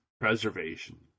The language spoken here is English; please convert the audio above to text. preservation